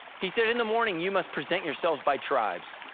he said, in the morning, you must present yourselves by tribes,